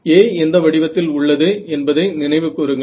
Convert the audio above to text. A எந்த வடிவத்தில் உள்ளது என்பதை நினைவு கூறுங்கள்